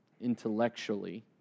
intellectually